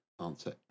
answer